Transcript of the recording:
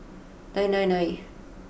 nine nine nine